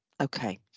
Okay